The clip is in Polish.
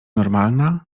normalna